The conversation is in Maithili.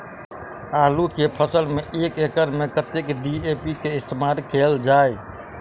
आलु केँ फसल मे एक एकड़ मे कतेक डी.ए.पी केँ इस्तेमाल कैल जाए?